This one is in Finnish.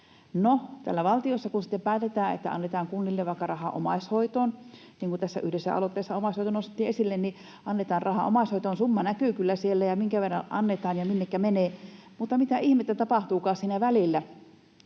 No, täällä valtiossa kun sitten päätetään, että annetaan kunnille vaikka rahaa omaishoitoon — kun yhdessä aloitteessa omaishoito nostettiin esille — niin annetaan rahaa omaishoitoon, summa näkyy kyllä siellä ja se, minkä verran annetaan ja minnekä menee. Mutta mitä ihmettä tapahtuukaan siinä välillä?